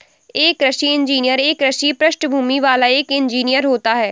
एक कृषि इंजीनियर एक कृषि पृष्ठभूमि वाला एक इंजीनियर होता है